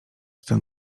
ten